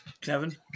Kevin